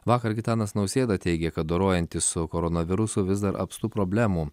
vakar gitanas nausėda teigė kad dorojantis su koronavirusu vis dar apstu problemų